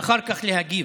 ואחר כך להגיב.